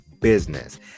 business